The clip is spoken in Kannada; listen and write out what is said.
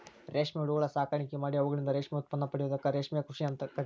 ರೇಷ್ಮೆ ಹುಳಗಳ ಸಾಕಾಣಿಕೆ ಮಾಡಿ ಅವುಗಳಿಂದ ರೇಷ್ಮೆ ಉತ್ಪನ್ನ ಪಡೆಯೋದಕ್ಕ ರೇಷ್ಮೆ ಕೃಷಿ ಅಂತ ಕರೇತಾರ